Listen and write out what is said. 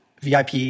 VIP